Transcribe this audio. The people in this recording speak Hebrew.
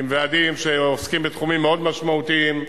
עם ועדים שעוסקים בתחומים מאוד משמעותיים,